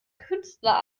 künstler